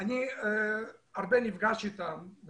אני נפגש אתם הרבה